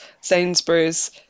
Sainsbury's